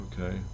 Okay